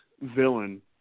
villain